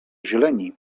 zieleni